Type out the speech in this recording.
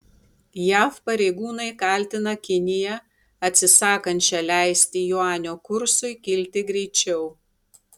jav pareigūnai kaltina kiniją atsisakančią leisti juanio kursui kilti greičiau